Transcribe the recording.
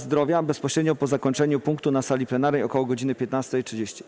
Zdrowia - bezpośrednio po zakończeniu punktu na sali plenarnej ok. godz. 15.30.